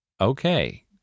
Okay